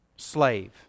slave